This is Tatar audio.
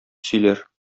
сөйләр